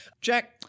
Jack